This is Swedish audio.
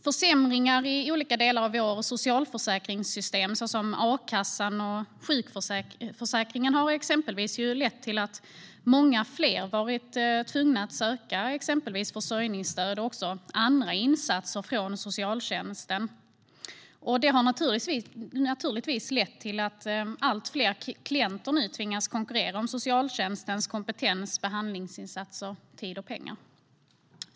Försämringar i olika delar av våra socialförsäkringssystem, såsom akassan och sjukförsäkringen, har bland annat lett till att många fler varit tvungna att söka exempelvis försörjningsstöd och andra insatser från socialtjänsten. Det har naturligtvis lett till att allt fler klienter nu tvingas konkurrera om socialtjänstens kompetens, behandlingsinsatser, tid och pengar.